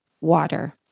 water